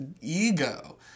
ego